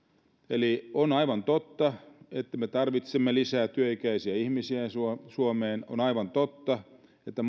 eli on aivan totta että me tarvitsemme lisää työikäisiä ihmisiä suomeen on aivan totta että